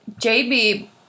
JB